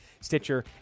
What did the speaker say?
Stitcher